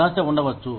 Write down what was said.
నిరాశ ఉండవచ్చు